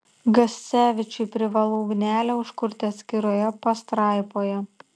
gascevičiui privalu ugnelę užkurti atskiroje pastraipoje